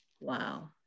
wow